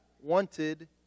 wanted